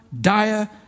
dire